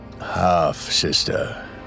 Half-sister